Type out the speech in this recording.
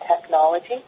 technology